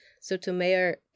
Sotomayor